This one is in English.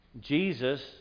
Jesus